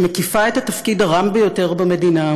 שמקיפה את התפקיד הרם ביותר במדינה,